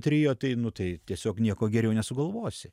trio tai nu tai tiesiog nieko geriau nesugalvosi